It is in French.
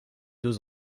deux